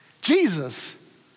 Jesus